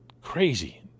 Crazy